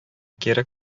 кире